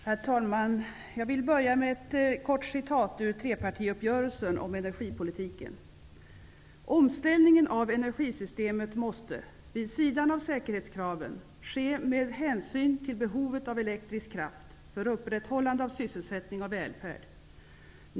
Herr talman! Jag vill börja med ett kort citat ur trepartiuppgörelsen om energipolitiken. ''Omställningen av energisystemet måste, vid sidan av säkerhetskraven, ske med hänsyn till behovet av elektrisk kraft för upprätthållande av sysselsättning och välfärd.